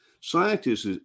scientists